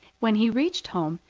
when he reached home,